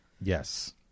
Yes